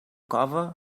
cove